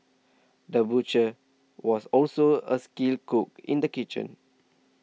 the butcher was also a skilled cook in the kitchen